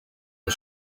the